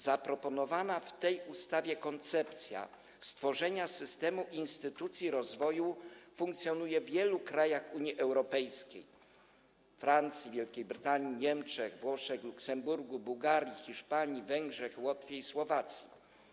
Zaproponowana w tej ustawie koncepcja stworzenia systemu instytucji rozwoju funkcjonuje w wielu krajach Unii Europejskiej: we Francji, w Wielkiej Brytanii, Niemczech, we Włoszech, w Luksemburgu, Bułgarii, Hiszpanii, na Węgrzech, Łotwie i Słowacji.